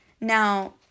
Now